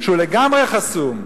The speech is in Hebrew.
שהוא לגמרי חסום.